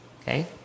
okay